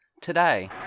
today